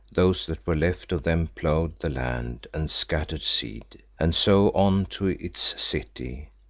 those that were left of them, ploughed the land and scattered seed, and so on to its city.